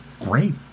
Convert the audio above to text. great